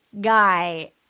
Guy